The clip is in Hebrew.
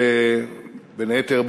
שבין היתר,